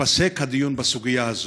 ייפסק הדיון בסוגיה זו.